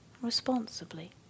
responsibly